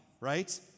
right